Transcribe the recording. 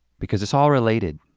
because it's all related,